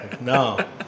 No